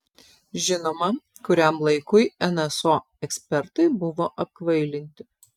žinoma kuriam laikui nso ekspertai buvo apkvailinti